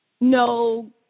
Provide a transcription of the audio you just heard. no